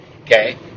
okay